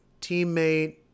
teammate